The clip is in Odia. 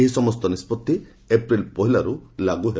ଏହି ସମସ୍ତ ନିଷ୍ବଉି ଏପ୍ରିଲ ପହିଲାଠାରୁ ଲାଗୁ ହେବ